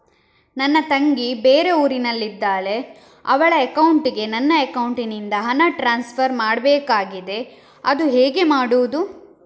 ನನ್ನ ತಂಗಿ ಬೇರೆ ಊರಿನಲ್ಲಿದಾಳೆ, ಅವಳ ಅಕೌಂಟಿಗೆ ನನ್ನ ಅಕೌಂಟಿನಿಂದ ಹಣ ಟ್ರಾನ್ಸ್ಫರ್ ಮಾಡ್ಬೇಕಾಗಿದೆ, ಅದು ಹೇಗೆ ಮಾಡುವುದು?